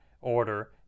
order